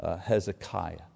Hezekiah